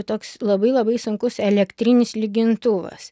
toks labai labai sunkus elektrinis lygintuvas